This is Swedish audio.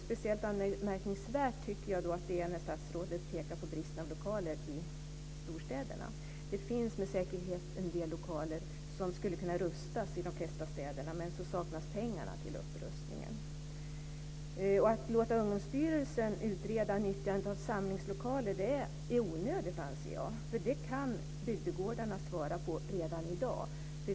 Speciellt anmärkningsvärt är det när statsrådet pekar på bristen på lokaler i storstäderna. Det finns med säkerhet en del lokaler som skulle kunna rustas i de flesta städerna, men det saknas pengar till upprustningen. Att låta Ungdomsstyrelsen utreda nyttjandet av samlingslokaler är onödigt, anser jag. Detta kan bygdegårdarna svara på redan i dag.